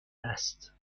است